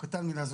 הוא קטן מדיי,